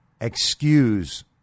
excuse